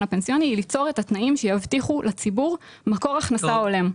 הפנסיוני היא ליצור את התנאים שיבטיחו לציבור מקור הכנסה הולם.